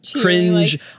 cringe